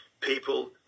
People